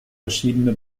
verschiedene